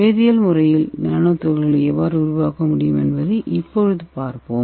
வேதியியல் முறையால் நானோ துகள்களை எவ்வாறு உருவாக்க முடியும் என்பதை இப்போது பார்ப்போம்